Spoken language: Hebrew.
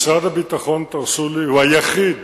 משרד הביטחון, תרשו לי, הוא היחיד